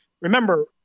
remember